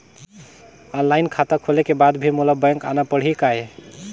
Online खाता खोले के बाद भी मोला बैंक आना पड़ही काय?